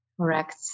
Correct